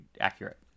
accurate